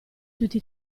tutti